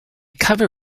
cover